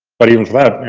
but even for that,